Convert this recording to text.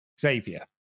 Xavier